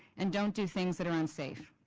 and don't do things that are unsafe.